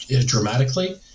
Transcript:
dramatically